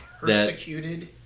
persecuted